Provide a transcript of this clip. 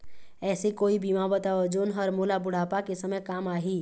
ऐसे कोई बीमा बताव जोन हर मोला बुढ़ापा के समय काम आही?